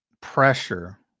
pressure